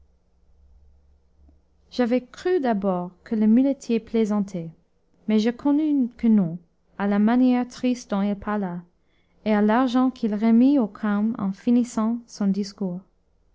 j'avais cru d'abord que le muletier plaisantait mais je connus que non à la manière triste dont il parla et à l'argent qu'il remit au carme en finissant son discours